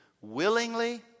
willingly